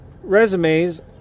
resumes